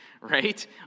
right